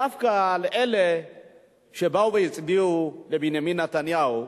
דווקא על אלה שהצביעו לבנימין נתניהו,